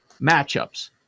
Matchups